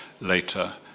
later